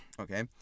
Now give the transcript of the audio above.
Okay